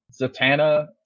Zatanna